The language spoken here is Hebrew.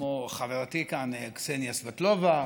כמו חברתי כאן קסניה סבטלובה,